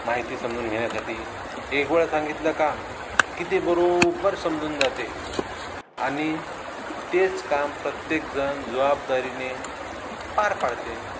माहिती समजून घेण्यासाठी एकवेळ सांगितलं काम की ते बरोब्बर समजून जाते आणि तेच काम प्रत्येकजण जबाबदारीने पार पाडते